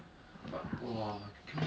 the econ strat so strong no meh